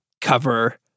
cover